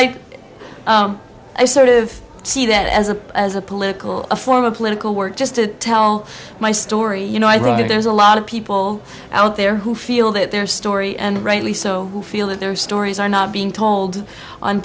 like i sort of see that as a as a political a form of political work just to tell my story you know i wrote that there's a lot of people out there who feel that their story and rightly so feel that their stories are not being told on